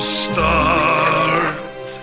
start